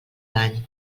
dany